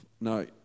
no